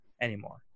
anymore